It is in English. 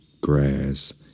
grass